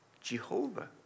Jehovah